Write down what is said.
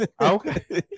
okay